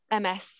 MS